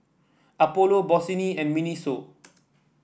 Apollo Bossini and Miniso